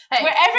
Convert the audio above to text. Wherever